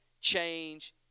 change